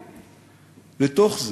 היגיון לתוך זה.